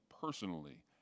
personally